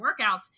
workouts